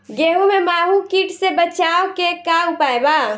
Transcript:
गेहूँ में माहुं किट से बचाव के का उपाय बा?